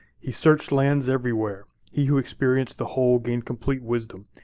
he searched lands everywhere. he who experienced the whole gained complete wisdom.